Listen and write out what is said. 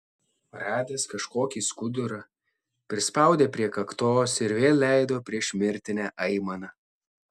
radęs kažkokį skudurą prispaudė prie kaktos ir vėl leido priešmirtinę aimaną